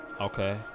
Okay